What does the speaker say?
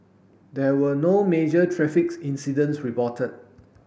there were no major traffic incidents reported